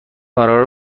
قراره